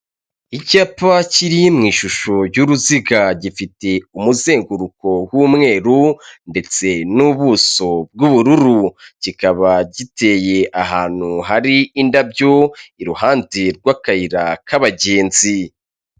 Icyapa kiri mu ishusho y'uruziga, gifite umuzenguruko w'umweru ndetse n'ubuso bw'ubururu. Kikaba giteye ahantu hari indabyo, iruhande rw'akayira k'abagenzi.